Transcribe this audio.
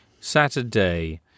Saturday